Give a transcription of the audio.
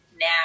now